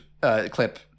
clip